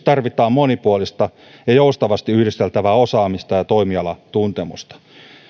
tarvitaan monipuolista ja joustavasti yhdisteltävää osaamista ja toimialatuntemusta